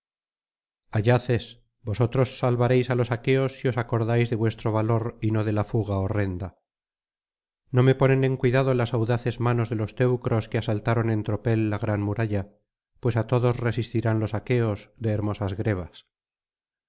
ayaces vosotros salvaréis á los aqueos si os acordáis de vuestro valor y no de la fuga horrenda no me ponen en cuidado las audaces manos de los teucros que asaltaron en tropel la gran muralla pues á todos resistirán los aqueos de hermosas grebas